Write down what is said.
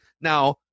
Now